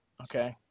Okay